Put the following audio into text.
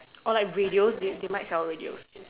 or like radios they they might sell radios